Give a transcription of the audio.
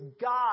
God